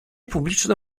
publiczne